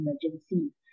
emergency